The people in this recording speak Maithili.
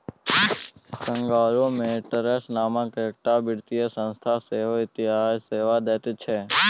कांग्लोमेरेतट्स नामकेँ एकटा वित्तीय संस्था सेहो इएह सेवा दैत छै